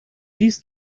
dies